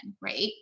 right